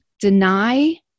deny